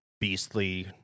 beastly